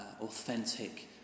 authentic